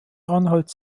anhalt